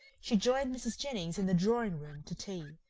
she joined mrs. jennings in the drawing-room to tea.